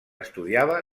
estudiava